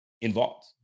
involved